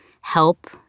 help